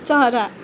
चरा